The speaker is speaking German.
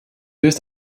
ist